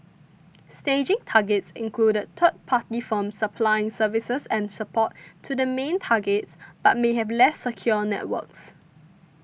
staging targets included third party firms supplying services and support to the main targets but may have less secure networks